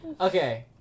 Okay